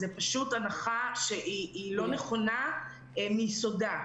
זו פשוט הנחה שהיא לא נכונה מיסודה.